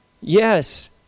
yes